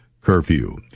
curfew